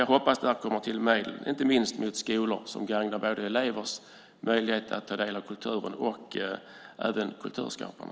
Jag hoppas att det kommer till medel, inte minst till skolor, som gagnar elevers möjligheter att ta del av kulturen och som också gagnar kulturskaparna.